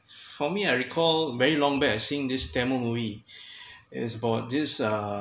for me I recall very long best I seeing this tamil movie it is about this uh